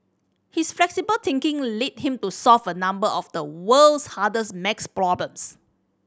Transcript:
his flexible thinking led him to solve a number of the world's hardest maths problems